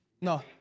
no